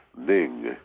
Ning